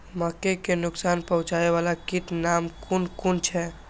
मके के नुकसान पहुँचावे वाला कीटक नाम कुन कुन छै?